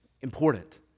important